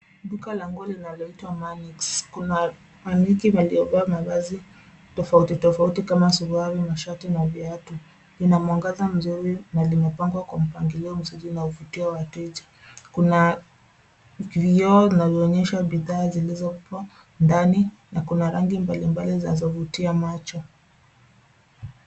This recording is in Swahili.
Duka la nguo linaloitwa Maliks. Kuna manekeni waliovaa mavazi tofautitofati kama suruali na shati na viatu. Ina mwangaza mzuri na limepangwa kwa mpangilio mzuri unaovutia wateja. Kuna vioo vinayoonyesha bidhaa zilizoekwa ndani na kuna rangi mbalimbali zinazovutia macho.